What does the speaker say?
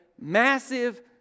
massive